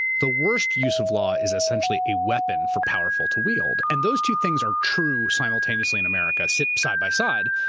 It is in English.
the worst use of law is essentially a weapon for powerful to wield. and those two things are true simultaneously in america, sit side by side.